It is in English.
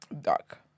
dark